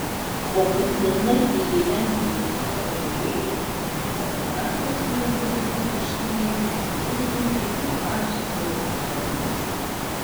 o kad pilnai įgyvendintų savo idėją fotografę su lagaminu marškinėlių išsiuntė į pačią kaliforniją